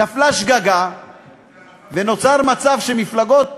נפלה שגגה ונוצר מצב שמפלגות